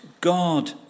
God